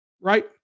right